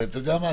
ואתה יודע מה,